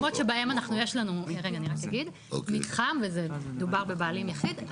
במקומות שבהן יש לנו מתחם וזה דובר בבעלים יחיד,